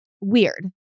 weird